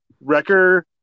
Wrecker